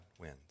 wins